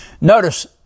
Notice